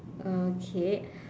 okay